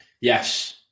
Yes